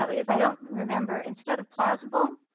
ah but if i don't remember instead of plausible,